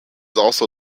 also